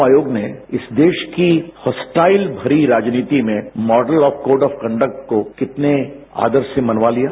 चुनाव आयोग ने इस देश की हॉस्टाइल भरी राजनीति में model of code of conduct को कितने आदर से मनवा लिया